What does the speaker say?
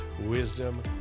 wisdom